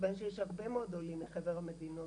מכיוון שיש הרבה מאוד עולים מחבר המדינות,